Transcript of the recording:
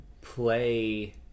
play